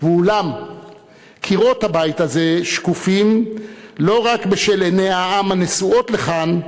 אולם קירות הבית הזה שקופים לא רק בשל עיני העם הנשואות לכאן,